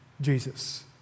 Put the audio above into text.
Jesus